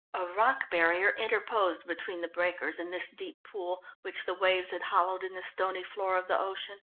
a rock barrier interposed between the breakers and this deep pool which the waves had hollowed in the stony floor of the ocean.